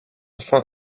fin